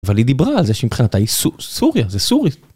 אבל היא דיברה על זה שמבחינתה היא סוריה, זה סורי.